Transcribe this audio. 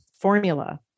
formula